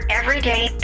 everyday